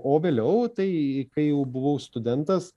o vėliau tai kai jau buvau studentas